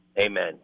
Amen